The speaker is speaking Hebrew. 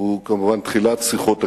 הוא כמובן תחילת שיחות הקרבה.